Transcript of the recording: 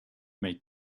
may